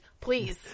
Please